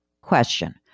question